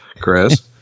Chris